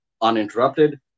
uninterrupted